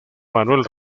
manuel